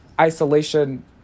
isolation